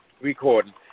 recording